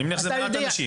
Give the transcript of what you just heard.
אני מניח זה מעט אנשים.